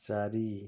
ଚାରି